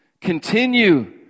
continue